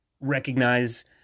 recognize